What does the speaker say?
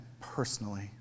personally